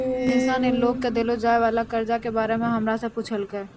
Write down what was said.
मनीषा ने लोग के देलो जाय वला कर्जा के बारे मे हमरा से पुछलकै